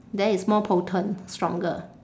there it's more potent stronger